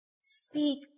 Speak